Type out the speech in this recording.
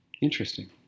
Interesting